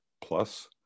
Plus